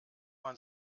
man